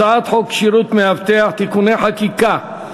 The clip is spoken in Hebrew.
הצעת חוק כשירות מאבטח (תיקוני חקיקה),